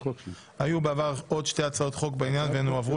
היו בעבר עוד שתי הצעות חוק בעניין והן הועברו